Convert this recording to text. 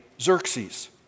Xerxes